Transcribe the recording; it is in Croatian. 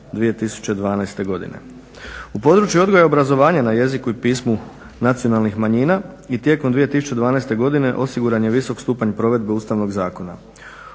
2012. godine. U području odgoja i obrazovanja na jeziku i pismu nacionalnih manjina i tijekom 2012. godine osiguran je visok stupanj provedbe Ustavnog zakona.